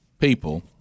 people